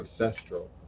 ancestral